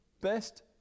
best